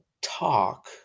talk